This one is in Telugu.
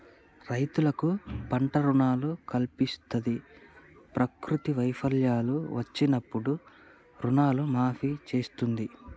రైతులకు పంట రుణాలను కల్పిస్తంది, ప్రకృతి వైపరీత్యాలు వచ్చినప్పుడు రుణాలను మాఫీ చేస్తుంది